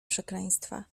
przekleństwa